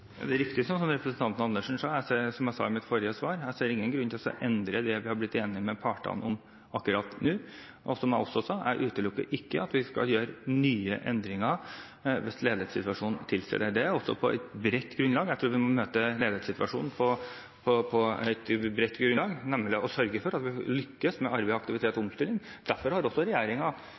er riktig det som representanten Andersen sa. Som jeg sa i mitt forrige svar: Jeg ser ingen grunn til å endre det vi har blitt enige med partene om, akkurat nå. Og som jeg også sa: Jeg utelukker ikke at vi skal gjøre nye endringer hvis ledighetssituasjonen tilsier det. Det er på et bredt grunnlag. Jeg tror vi må møte ledighetssituasjonen på et bredt grunnlag, nemlig å sørge for at vi lykkes med arbeid, aktivitet og